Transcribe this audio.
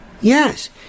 Yes